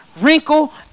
wrinkle